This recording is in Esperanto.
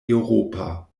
eŭropa